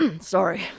sorry